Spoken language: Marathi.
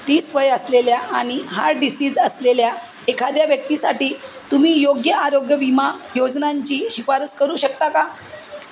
तीस वय असलेल्या आणि हार्ट डिसीज असलेल्या एखाद्या व्यक्तीसाठी तुम्ही योग्य आरोग्य विमा योजनेची शिफारस करू शकता का